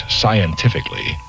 scientifically